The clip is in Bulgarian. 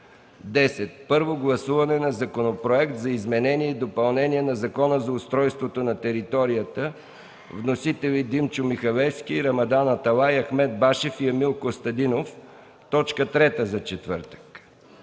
10. Първо гласуване на Законопроект за изменение и допълнение на Закона за устройство на територията. Вносители: Димчо Михалевски, Рамадан Аталай, Ахмед Башев и Емил Костадинов – точка трета за четвъртък.